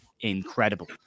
incredible